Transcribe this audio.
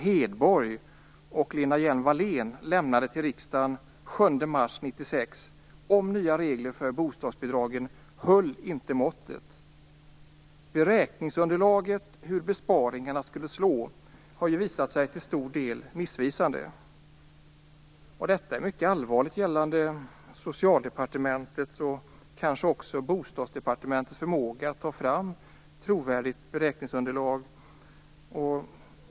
Hedborg och Lena Hjelm-Wallén lämnade till riksdagen den 7 mars 1996 om nya regler för bostadsbidragen höll inte måttet. Beräkningsunderlaget för hur besparingarna skulle slå var ju till stor del missvisande. Detta är mycket allvarligt. Jag tänker på Socialdepartementets och kanske också Bostadsdepartementets förmåga att ta fram ett trovärdigt beräkningsunderlag.